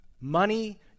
money